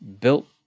built